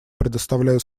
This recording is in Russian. предоставляю